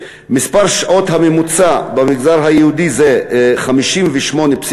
מספר השעות הממוצע במגזר היהודי זה 58.1,